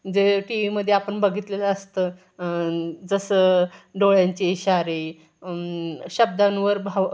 जे टी व्हीमध्ये आपण बघितलेलं असतं जसं डोळ्यांचे इशारे शब्दांवर भाव